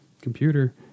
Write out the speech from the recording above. computer